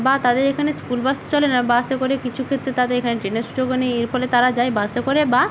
বা তাদের এখানে স্কুল বাস তো চলে না বাসে করে কিছু ক্ষেত্রে তাদের এখানে ট্রেনের সুযোগও নেই এর ফলে তারা যায় বাসে করে বা